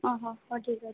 ହଁ ହଉ ହଉ ଠିକ୍ ଅଛି